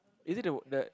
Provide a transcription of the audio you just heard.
is it the the